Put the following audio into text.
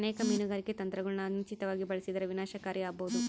ಅನೇಕ ಮೀನುಗಾರಿಕೆ ತಂತ್ರಗುಳನ ಅನುಚಿತವಾಗಿ ಬಳಸಿದರ ವಿನಾಶಕಾರಿ ಆಬೋದು